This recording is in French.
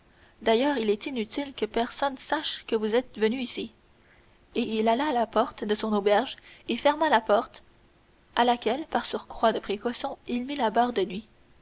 d'ailleurs il est inutile que personne sache que vous êtes venu ici et il alla à la porte de son auberge et ferma la porte à laquelle par surcroît de précaution il mit la barre de nuit